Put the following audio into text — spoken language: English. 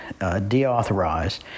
deauthorized